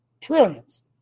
trillions